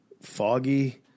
foggy